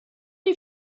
die